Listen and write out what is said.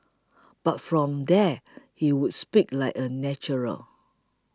but from there he would speak like a natural